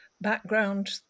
background